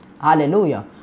Hallelujah